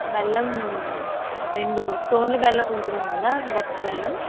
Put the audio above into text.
బెల్లం రెండు స్టోన్లు బెల్లం ఉంటుంది కదా గట్టి బెల్లం